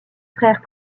frères